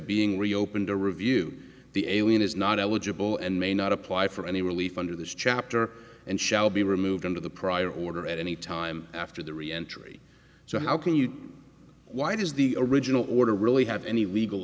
being reopened to review the alien is not eligible and may not apply for any relief under this chapter and shall be removed under the prior order at any time after the re entry so how can you why does the original order really have any legal